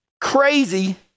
crazy